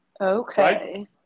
Okay